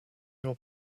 your